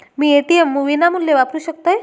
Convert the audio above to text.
मी ATM विनामूल्य वापरू शकतय?